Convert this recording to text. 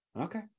Okay